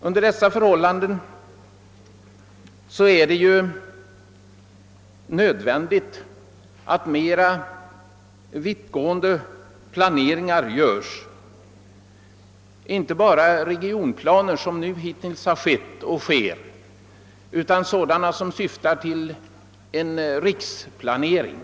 Under dessa omständigheter är det nödvändigt att mera vittgående planeringar görs, inte bara med regionplaner som hittills har varit fallet, utan sådana som syftar till en riksplanering.